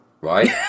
right